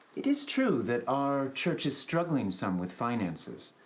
it is true that our church is struggling some with finances,